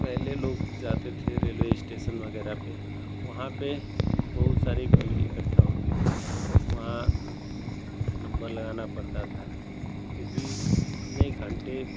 पहले लोग जाते थे रेलवे स्टेशन वग़ैरह पर वहाँ पर बहुत सारी भीड़ इकट्ठा होती थी वहाँ नम्बर लगाना पड़ता था फिर भी कितने घन्टे